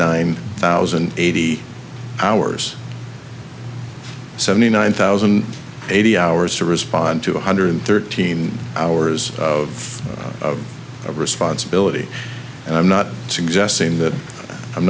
nine thousand eighty hours seventy nine thousand and eighty hours to respond to one hundred thirteen hours of responsibility and i'm not suggesting that i'm